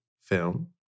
film